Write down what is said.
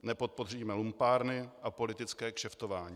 Nepodpoříme lumpárny a politické kšeftování.